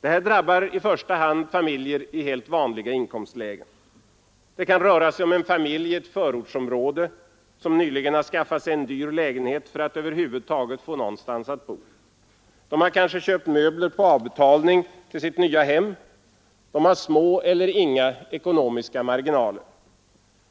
Det här drabbar i första hand familjer i helt vanliga inkomstlägen. Det kan röra sig om en familj i ett förortsområde som nyligen har skaffat sig en dyr lägenhet för att över huvud taget få någonstans att bo. De har kanske köpt möbler på avbetalning till sitt nya hem. De har små eller inga ekonomiska marginaler.